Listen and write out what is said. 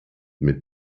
mit